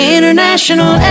International